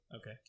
Okay